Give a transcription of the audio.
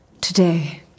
today